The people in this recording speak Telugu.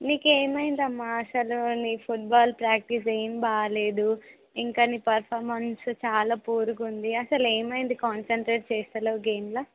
నీకు ఏమైంది అమ్మ అసలు నీ ఫుడ్బాల్ ప్రాక్టీస్ ఏమి బాగలేదు ఇంకా నీ పర్ఫామెన్స్ చాలా పూర్గా ఉంది అసలు ఏమైంది కాన్సన్ట్రేట్ చేస్తలేవు గేమ్లో